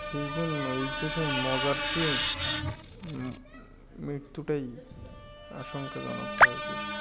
সেই জন্য এই পেশায় মজার চেয়ে মৃত্যুটাই আশঙ্কাজনকভাবে বেশি